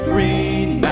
Green